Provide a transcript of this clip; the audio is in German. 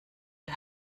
der